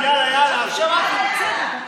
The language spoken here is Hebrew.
שלמה קרעי תומך במי שמדבר על הדוכן.